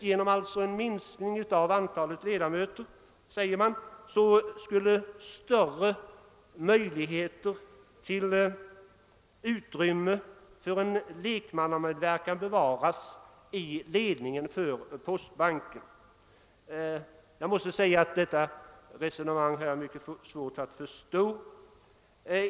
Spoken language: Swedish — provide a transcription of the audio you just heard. Genom denna minskning menar man att det skulle bli större möjligheter till lekmannamedverkan i postbankens ledning, men jag måste säga att det är mycket svårt att förstå detta resonemang.